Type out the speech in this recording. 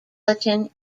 metropolitan